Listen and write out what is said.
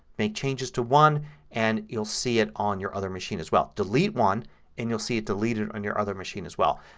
make changes to one and you'll see it on your other machine as well. delete one and you'll see it deleted on your other machine as well.